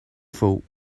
fought